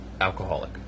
alcoholic